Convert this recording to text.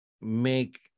make